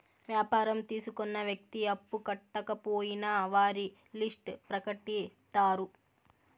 వ్యాపారం తీసుకున్న వ్యక్తి అప్పు కట్టకపోయినా వారి లిస్ట్ ప్రకటిత్తారు